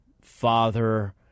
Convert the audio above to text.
father